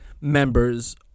members